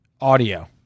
Audio